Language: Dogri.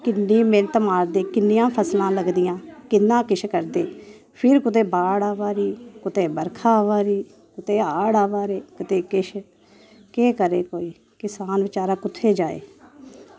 किन्नी मेह्नत मारदे किन्नियां फसलां लगदियां किन्ना किश करदे फिर कुदै बाड़ अवा दी कुतै बर्खा अवा दी कुतै हाड़ अवा दे कुतै किश केह् करै कोई किसान बचैरा कुत्थे जाए